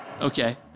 Okay